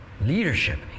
Leadership